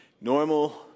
normal